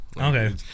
Okay